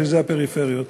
שזה הפריפריות.